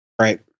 Right